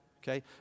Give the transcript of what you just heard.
Okay